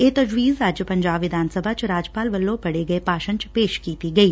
ਇਹ ਤਜ਼ਵੀਜ ਅੱਜ ਪੰਜਾਬ ਵਿਧਾਨ ਸਭਾ ਚ ਰਾਜਪਾਲ ਵੱਲੋ ਪੜੇ ਗਏ ਭਾਸ਼ਣ ਚ ਪੇਸ਼ ਕੀਤੀ ਗਈ